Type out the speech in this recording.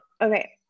okay